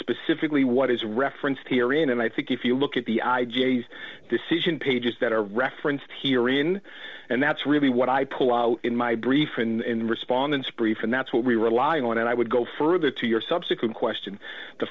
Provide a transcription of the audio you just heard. specifically what is referenced here in and i think if you look at the i g s decision pages that are referenced here in and that's really what i pull out in my brief in the respondents brief and that's what we rely on and i would go further to your subsequent question the